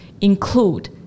include